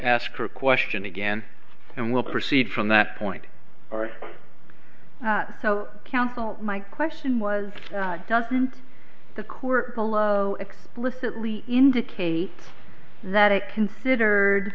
ask the question again and we'll proceed from that point so counsel my question was doesn't the court below explicitly indicate that it considered